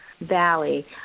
Valley